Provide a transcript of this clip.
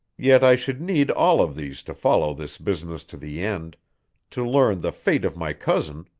yet i should need all of these to follow this business to the end to learn the fate of my cousin,